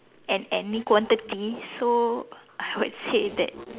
at any quantity so I would say that